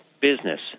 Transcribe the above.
business